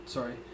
Sorry